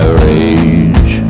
rage